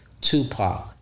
Tupac